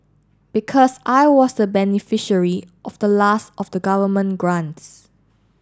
because I was the beneficiary of the last of the government grants